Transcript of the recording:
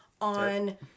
on